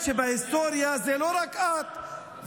האמת, בהיסטוריה זה לא רק את ואמסלם.